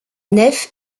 nef